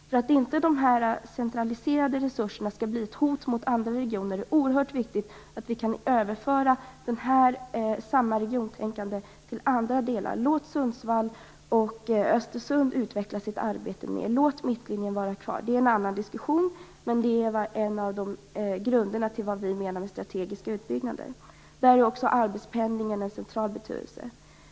För att inte dessa centraliserade resurser skall bli ett hot mot andra regioner är det oerhört viktigt att vi kan överföra samma regiontänkande till andra delar. Låt Sundsvall och Östersund utveckla sitt arbete mer! Låt Mittlinjen vara kvar! Det är en annan diskussion, men det är en av grunderna till vad vi menar med strategiska utbyggnader. Där är också arbetspendlingen av central betydelse.